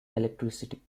electricity